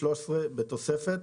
"תיקון התוספת בתוספת,